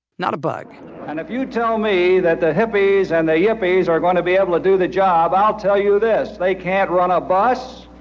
not a bug and if you tell me that the hippies and the yippies are going to be able to do the job, i'll tell you this they can't run a bus,